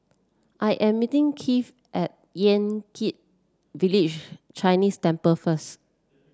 I am meeting Keith at Yan Kit Village Chinese Temple first